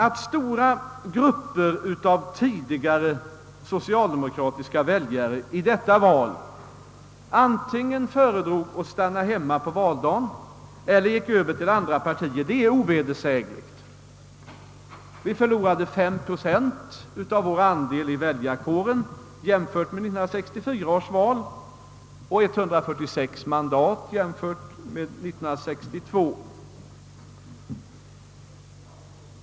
Att stora grupper av tidigare socialdemokratiska väljare antingen föredrog att stanna hemma på valdagen eller övergick till andra partier är ovedersägligt. Vi förlorade 5 procent av vår andel i väljarkåren jämfört med 1964 års och 146 mandat jämfört med 1962 års valutgång.